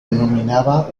denominaba